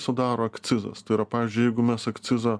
sudaro akcizas tai yra pavyzdžiui jeigu mes akcizą